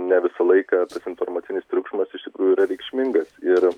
ne visą laiką informacinis triukšmas iš tikrųjų yra reikšmingas ir